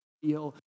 feel